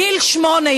גיל שמונה.